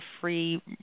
free